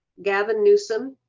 gavin newsom,